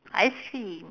ice cream